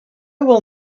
will